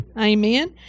Amen